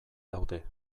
daude